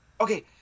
Okay